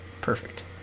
Perfect